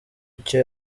icyo